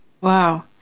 Wow